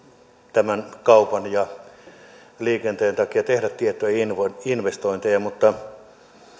tämän kaupan ja liikenteen takia tehdä tiettyjä investointeja mutta